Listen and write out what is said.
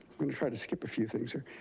try to skip a few things here.